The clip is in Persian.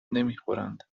نمیخورند